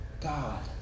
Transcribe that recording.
God